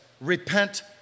repent